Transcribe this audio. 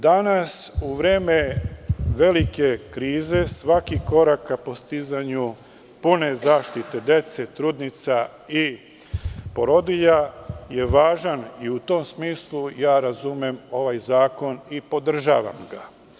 Danas u vreme velike krize svaki korak ka postizanju pune zaštite dece, trudnica i porodilja je važan i u tom smislu ja razumem ovaj zakon i podržavam ga.